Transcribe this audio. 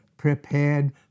Prepared